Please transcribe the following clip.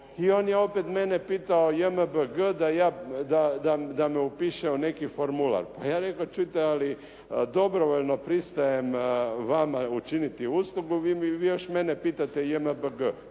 I on je opet mene pitao JMBG da me upiše u neki formular. Pa ja reko čujte, ali dobrovoljno pristajem vama učiniti uslugu, vi još mene pitate JMBG.